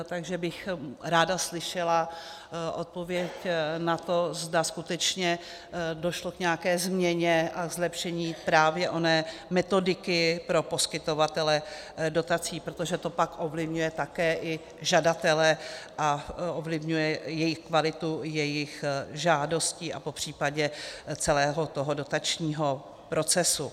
Takže bych ráda slyšela odpověď na to, zda skutečně došlo k nějaké změně a zlepšení právě oné metodiky pro poskytovatele dotací, protože to pak ovlivňuje také i žadatele a ovlivňuje to kvalitu jejich žádostí a popřípadě celého dotačního procesu.